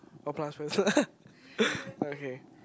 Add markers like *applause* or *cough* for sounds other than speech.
oh plus first *laughs* okay